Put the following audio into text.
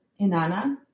Inanna